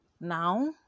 now